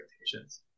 expectations